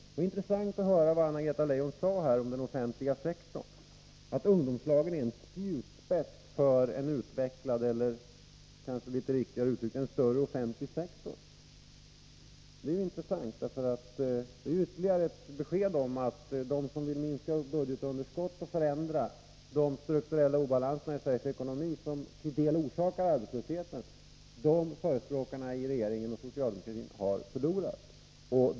Det var intressant att höra vad Anna-Greta Leijon sade här om den offentliga sektorn, att ungdomslagen är en spjutspets för en utvecklad, eller kanske riktigare uttryckt, en större offentlig sektor. Detta är ytterligare ett besked om att de inom regeringen och socialdemokratin som vill minska budgetunderskottet och eliminera den strukturella obalansen i Sveriges ekonomi, som till en del är orsaker till arbetslösheten, har förlorat.